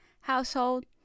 household